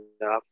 enough